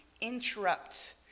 interrupt